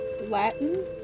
Latin